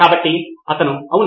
కాబట్టి అతను అవును